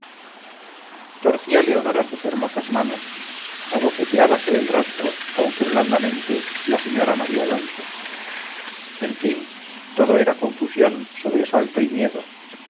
torcía leonora sus hermosas manos abofeteábase el rostro aunque blandamente la señora marialonso en fin todo era confusión sobresalto y miedo